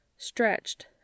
stretched